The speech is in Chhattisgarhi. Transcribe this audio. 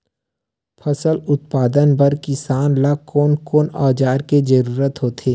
फसल उत्पादन बर किसान ला कोन कोन औजार के जरूरत होथे?